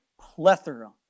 plethora